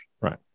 Right